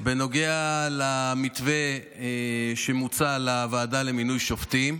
בנוגע למתווה שמוצע לוועדה למינוי שופטים.